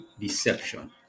deception